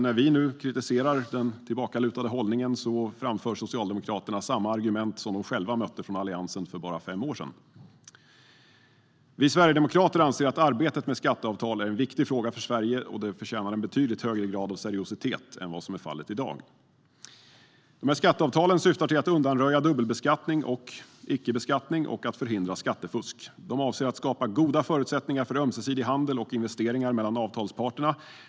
När vi nu kritiserar den tillbakalutade hållningen framför Socialdemokraterna samma argument som de själva mötte från Alliansen för bara fem år sedan. Vi Sverigedemokrater anser att arbetet med skatteavtal är en viktig fråga för Sverige som förtjänar en betydligt högre grad av seriositet än vad som är fallet i dag. Skatteavtalen syftar till att undanröja dubbelbeskattning och ickebeskattning och att förhindra skattefusk. De avser att skapa goda förutsättningar för ömsesidig handel och investeringar mellan avtalsparterna.